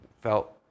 felt